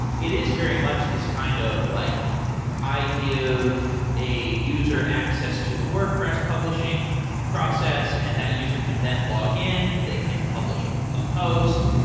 it is very much this kind of like i give a user access to the wordpress publishing process and that user can then login. they can publish ah a post.